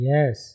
Yes